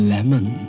Lemon